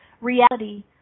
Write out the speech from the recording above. reality